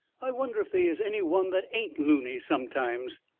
i wonder if they is any one that ain't looney sometimes?